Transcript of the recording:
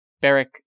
Beric